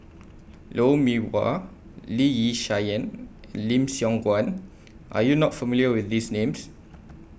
Lou Mee Wah Lee Yi Shyan and Lim Siong Guan Are YOU not familiar with These Names